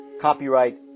Copyright